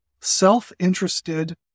self-interested